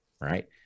right